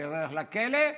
ילך לכלא.